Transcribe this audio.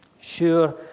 sure